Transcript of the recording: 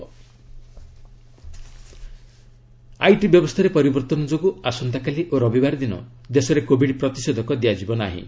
Covid vaccination IT ବ୍ୟବସ୍ଥାରେ ପରିବର୍ତ୍ତନ ଯୋଗୁଁ ଆସନ୍ତାକାଲି ଓ ରବିବାର ଦିନ ଦେଶରେ କୋବିଡ୍ ପ୍ରତିଷେଧକ ଦିଆଯିବ ନାହିଁ